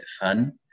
fun